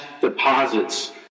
deposits